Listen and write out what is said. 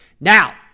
Now